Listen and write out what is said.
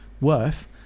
worth